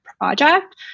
project